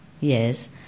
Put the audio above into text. yes